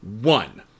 One